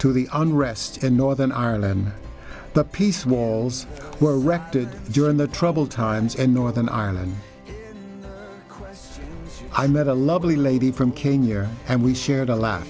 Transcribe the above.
to the unrest in northern ireland the peace walls were erected join the troubled times and northern ireland quest i met a lovely lady from kenya and we shared a lot